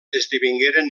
esdevingueren